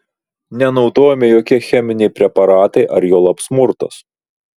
nenaudojami jokie cheminiai preparatai ar juolab smurtas